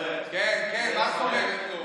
כן, כן, מה זאת אומרת לא.